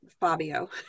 Fabio